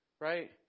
right